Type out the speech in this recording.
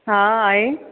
हा आहे